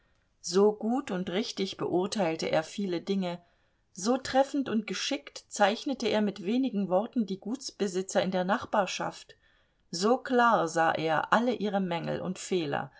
so gut und richtig beurteilte er viele dinge so treffend und geschickt zeichnete er mit wenigen worten die gutsbesitzer in der nachbarschaft so klar sah er alle ihre mängel und fehler